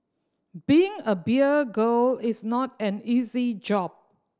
being a beer girl is not an easy job